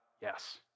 Yes